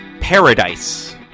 Paradise